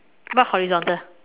not horizontal